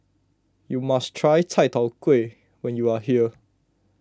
you must try Chai Tow Kuay when you are here